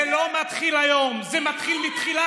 זה לא מתחיל היום, זה לא מתחיל היום,